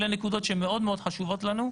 אלה נקודות שמאוד מאוד חשובות לנו,